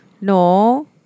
no